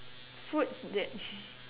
food that